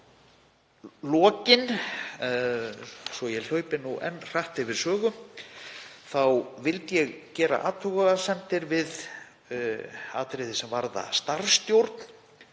Í lokin, svo að ég hlaupi enn hratt yfir sögu, vildi ég gera athugasemdir við atriði sem varða starfsstjórn,